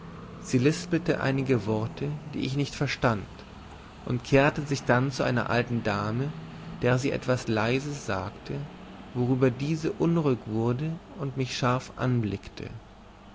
sie lispelte einige worte die ich nicht verstand und kehrte sich dann zu einer alten dame der sie etwas leise sagte worüber diese unruhig wurde und mich scharf anblickte